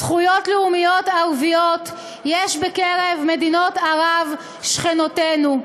זכויות לאומיות ערביות יש בקרב מדינות ערב שכנותינו.